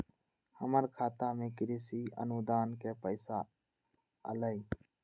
हमर खाता में कृषि अनुदान के पैसा अलई?